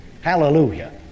Hallelujah